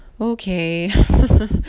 okay